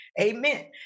Amen